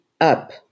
up